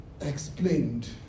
explained